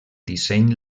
disseny